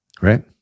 right